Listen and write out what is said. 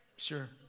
Sure